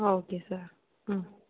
ആ okay sir